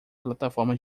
plataforma